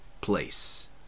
place